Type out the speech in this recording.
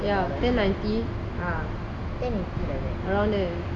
ya ten ninety around there